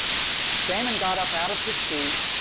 damon got up, out of his seat,